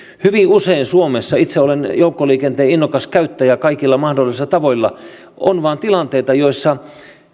hyvin usein suomessa itse olen joukkoliikenteen innokas käyttäjä kaikilla mahdollisilla tavoilla on vain tilanteita joissa